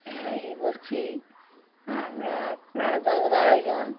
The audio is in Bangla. বলছি আমরা প্রায় দশ বারো জন